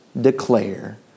declare